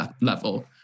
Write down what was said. level